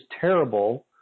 terrible